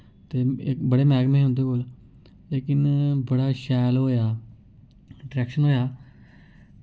ते बड़े मैह्कमे हे उं'दे कोल लेकिन बड़ा शैल होएआ इंटरैक्शन होएआ